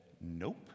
Nope